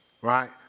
right